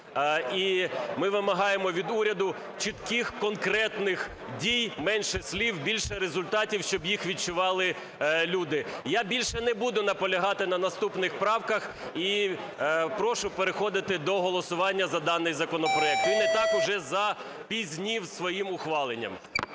і ми вимагаємо від уряду чітких конкретних дій. Менше слів – більше результатів, щоб їх відчували люди. Я більше не буду наполягати на наступних правках і прошу переходити до голосування за даний законопроект, він і так уже запізнив з своїм ухваленням.